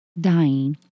dying